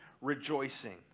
rejoicing